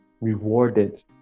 rewarded